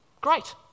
great